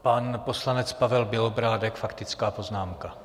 Pan poslanec Pavel Bělobrádek, faktická poznámka.